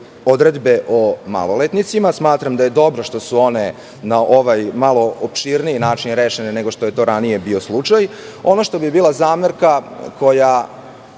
odredbe o maloletnicima. Smatram da je dobro što su one na ovaj malo opširniji način rešene, nego što je to ranije bio slučaj. Ono što bi bila zamerka, koja